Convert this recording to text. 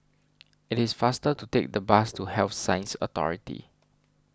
it is faster to take the bus to Health Sciences Authority